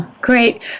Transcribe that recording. great